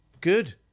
good